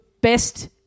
best –